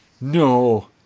No